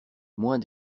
moins